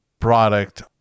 product